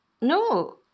No